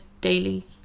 daily